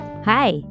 Hi